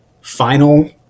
final